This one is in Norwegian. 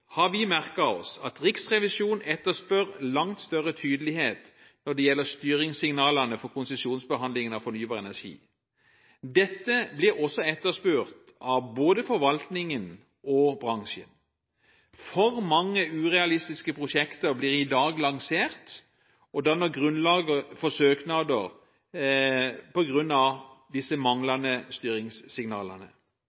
har vi merket oss at Riksrevisjonen etterspør langt større tydelighet når det gjelder styringssignalene for konsesjonsbehandlingen av fornybar energi. Dette blir også etterspurt av både forvaltningen og bransjen. For mange urealistiske prosjekter blir i dag lansert og danner grunnlaget for søknader på grunn av disse